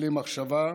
בלי מחשבה,